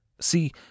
See